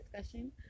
discussion